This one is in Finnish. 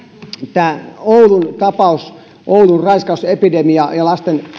tämä oulun tapaus oulun raiskausepidemia ja lasten